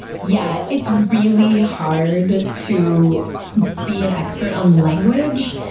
yeah it's really hard to be an expert on language,